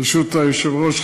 ברשות היושב-ראש,